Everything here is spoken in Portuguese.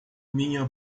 minha